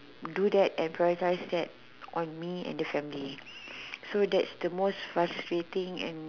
do that and prioritize that on me and the family so that's the most frustrating and